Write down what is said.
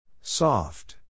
Soft